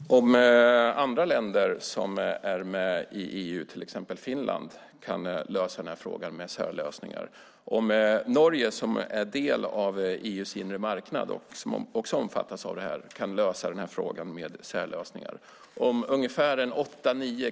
Fru talman! Kan andra länder som är med i EU, till exempel Finland, lösa denna fråga med särlösningar kan Sverige också göra det. Kan Norge som är del av EU:s inre marknad och som också omfattas av detta lösa det med särlösningar kan Sverige också göra det.